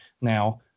now